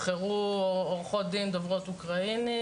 שכבר אין חובת עטית מסכות,